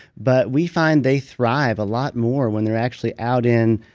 but we find they thrive a lot more when they're actually out in.